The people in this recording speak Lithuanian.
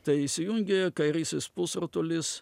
tai įsijungia kairysis pusrutulis